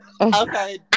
Okay